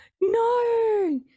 no